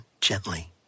gently